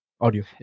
audio